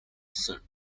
search